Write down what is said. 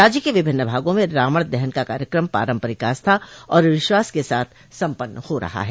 राज्य के विभिन्न भागों में रावण दहन का कार्यक्रम पारम्परिक आस्था और विश्वास के साथ सम्पन्न हो रहा है